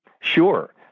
sure